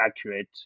accurate